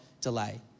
delay